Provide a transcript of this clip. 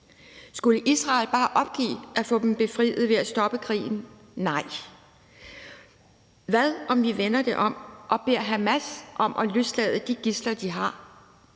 Skulle Israel bare opgive at få dem befriet ved at stoppe krigen? Nej. Hvad, om vi vender det om og beder Hamas om at løslade de gidsler, de har?